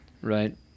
Right